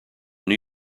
new